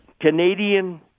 Canadian